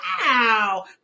wow